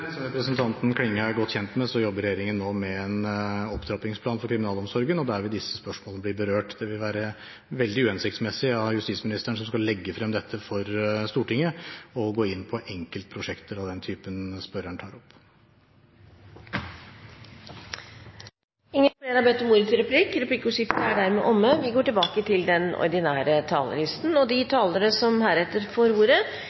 Som representanten Klinge er godt kjent med, jobber regjeringen nå med en opptrappingsplan for kriminalomsorgen, og der vil disse spørsmålene bli berørt. Det vil være veldig uhensiktsmessig av justisministeren, som skal legge frem dette for Stortinget, å gå inn på enkeltprosjekter av den typen som spørreren tar opp. Replikkordskiftet er omme. De talere som heretter får ordet,